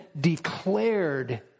declared